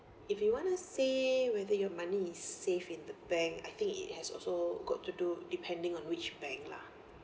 if you wanna say whether your money is safe in the bank I think it has also got to do depending on which bank lah